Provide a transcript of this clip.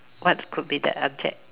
what could be the object